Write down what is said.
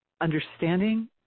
understanding